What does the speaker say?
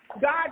God